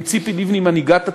ועם ציפי לבני, מנהיגת התנועה,